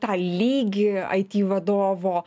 tą lygį aiti vadovo